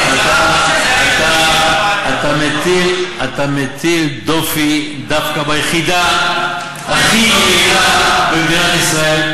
אתה מטיל דופי דווקא ביחידה הכי יעילה במדינת ישראל,